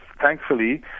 thankfully